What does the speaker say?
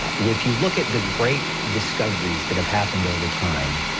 if you look at the great discoveries that have happened over time,